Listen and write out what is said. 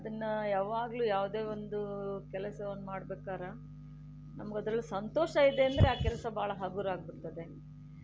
ಅದನ್ನು ಯಾವಾಗಲೂ ಯಾವುದೇ ಒಂದು ಕೆಲಸವನ್ನು ಮಾಡ್ಬೇಕಾದ್ರೆ ನಮಗದರಲ್ಲಿ ಸಂತೋಷ ಇದೆ ಅಂದರೆ ಆ ಕೆಲಸ ಭಾಳ ಹಗುರಾಗ್ಬಿಡ್ತದೆ